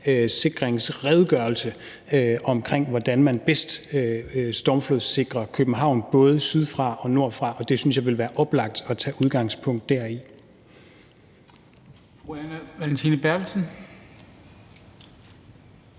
stormflodssikringsredegørelse om, hvordan man bedst stormflodssikrer København, både sydfra og nordfra, og den synes jeg det ville være oplagt at tage udgangspunkt i.